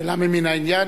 שאלה ממין העניין.